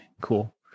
cool